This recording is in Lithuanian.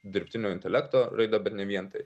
dirbtinio intelekto raida bet ne vien tai